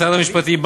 משרד המשפטים,